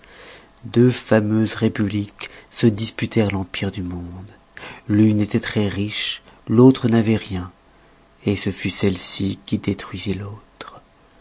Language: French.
deux fameuses républiques se disputèrent l'empire du monde l'une étoit très riche l'autre n'avoit rien ce fut celle-ci qui détruisit l'autre